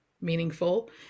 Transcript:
meaningful